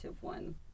one